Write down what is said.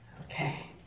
okay